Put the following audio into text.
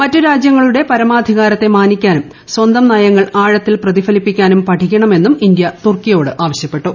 മറ്റ് രാജ്യങ്ങളുടെ പരമാധികാരത്തെ മാനിക്കാനും സ്വന്തം നയങ്ങൾ ആഴത്തിൽ പ്രതിഫലിപ്പിക്കാനും പഠിക്കണമെന്നും ഇന്ത്യ തുർക്കിയോട് ആവശ്യപ്പെട്ടു